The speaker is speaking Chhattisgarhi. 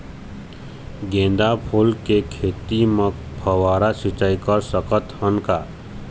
गेंदा फूल के खेती म फव्वारा सिचाई कर सकत हन का?